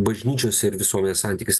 bažnyčios ir visuomenės santykis